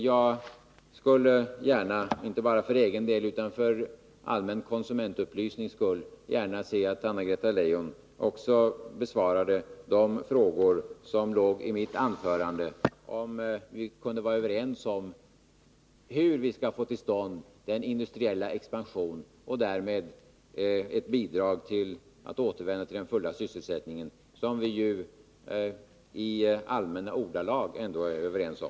Jag skulle inte bara för egen del utan för den allmänna konsumentupplysningens skull gärna se att Anna-Greta Leijon också besvarade de frågor som låg i mitt anförande, om vi kunde vara överens om hur vi skall få till stånd en industriell expansion och därmed ett bidrag till att återvända till den fulla sysselsättningen, som vi ju i allmänna ordalag ändå är överens om.